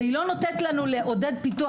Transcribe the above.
והיא לא נותנת לנו לעודד פיתוח.